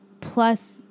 plus